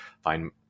find